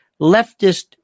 leftist